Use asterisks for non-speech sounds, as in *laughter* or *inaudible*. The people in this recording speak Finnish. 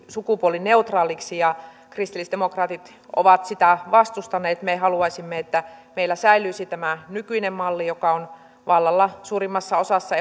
sukupuolineutraaliksi ja kristillisdemokraatit ovat sitä vastustaneet me haluaisimme että meillä säilyisi tämä nykyinen malli joka on vallalla suurimmassa osassa *unintelligible*